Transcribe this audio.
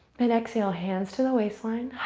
and exhale, hands to the waistline.